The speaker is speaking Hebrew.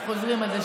אנחנו חוזרים על זה,